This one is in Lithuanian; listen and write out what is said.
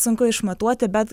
sunku išmatuoti bet